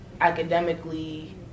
academically